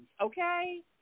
Okay